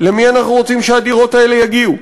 למי אנחנו רוצים שהדירות האלה יגיעו.